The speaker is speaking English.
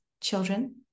children